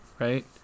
Right